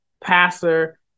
passer